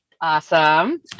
Awesome